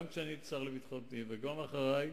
גם כשהייתי השר לביטחון פנים, וגם אחרי,